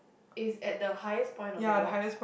is at the highest point of the rock